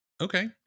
Okay